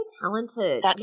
talented